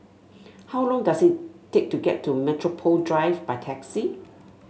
how long does it take to get to Metropole Drive by taxi